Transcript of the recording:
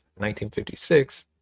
1956